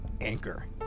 Anchor